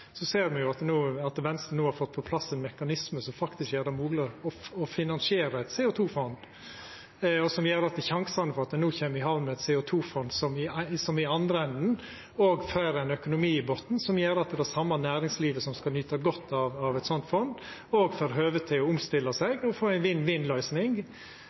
så mye om: Kan vi forvente at Venstre vil sørge for å få på plass et CO2-fond for næringstransport før 1. januar 2020? Takk for spørsmålet. Viss representanten les regjeringserklæringa nøye nok, ser han at Venstre no har fått på plass ein mekanisme som faktisk gjer det mogleg å finansiera eit CO2-fond, og som gjer at det er sjansar for at det no kjem i hamn eit CO2-fond som i andre enden òg får ein økonomi i botnen som gjer at det same næringslivet som skal nyta godt av eit